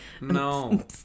No